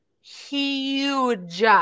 huge